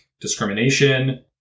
discrimination